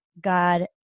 God